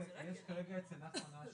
זה לא משהו שאתם צריכים לעכשיו.